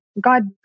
God